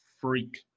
freak